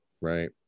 Right